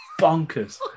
bonkers